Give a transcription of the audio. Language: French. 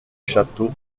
château